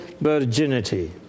virginity